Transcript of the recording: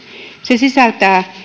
se sisältää